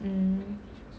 mm